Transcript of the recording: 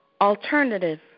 alternative